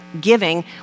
giving